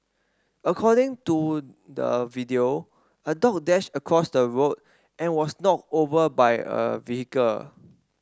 according to the video a dog dashed across the road and was knocked over by a vehicle